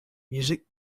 music